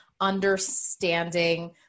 understanding